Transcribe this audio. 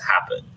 happen